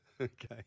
Okay